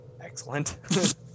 Excellent